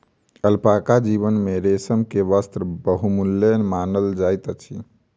alpaca जीवक रेशम के वस्त्र बहुमूल्य मानल जाइत अछि